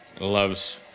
loves